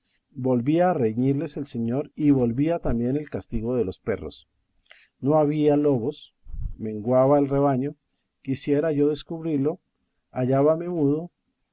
volvía a reñirles el señor y volvía también el castigo de los perros no había lobos menguaba el rebaño quisiera yo descubrillo hallábame mudo